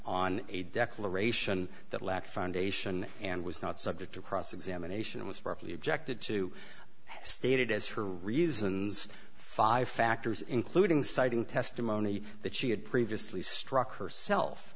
on a declaration that lack foundation and was not subject to cross examination was abruptly objected to stated as for reasons five factors including citing testimony that she had previously struck herself